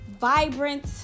vibrant